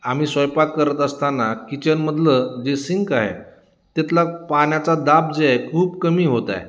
आम्ही स्वयंपाक करत असताना किचनमधलं जे सिंक आहे तिथला पाण्याचा दाब जे आहे खूप कमी होत आहे